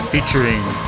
Featuring